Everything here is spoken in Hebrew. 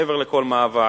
מעבר לכל מאבק.